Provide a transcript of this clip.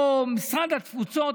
או משרד התפוצות,